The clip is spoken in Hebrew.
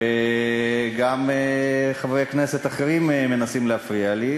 וגם חברי כנסת אחרים מנסים להפריע לי,